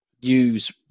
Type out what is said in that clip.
use